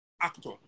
actor